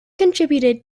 contributed